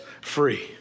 free